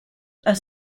are